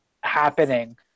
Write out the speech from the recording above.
happening